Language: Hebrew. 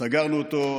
סגרנו אותו.